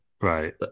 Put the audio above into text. Right